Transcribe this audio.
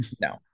no